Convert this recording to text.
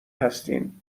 هستین